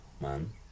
man